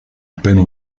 appena